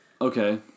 Okay